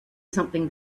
something